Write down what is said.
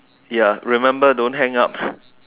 ya remember don't hang up